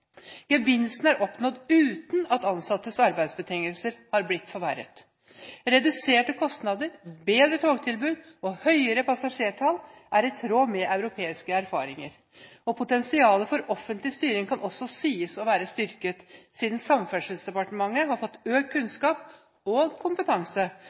Gevinstene er oppnådd uten at ansattes arbeidsbetingelser har blitt forverret. Reduserte kostnader, bedre togtilbud og høyere passasjertall er i tråd med europeiske erfaringer. Potensialet for offentlig styring kan også sies å være styrket, siden Samferdselsdepartementet har fått økt